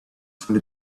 from